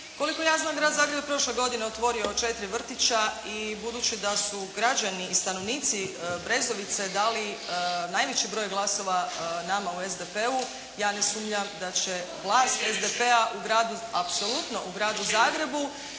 Koliko ja znam Grad Zagreb je prošle godine otvorio četiri vrtića i budući da su građani i stanovnici Brezovice dali najveći broj glasova nama u SDP-u. Ja ne sumnja da će vlast SDP-a u Gradu Zagrebu